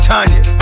Tanya